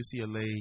UCLA